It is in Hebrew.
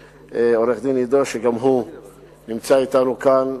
ולעורך-דין עידו, שגם הוא נמצא אתנו כאן.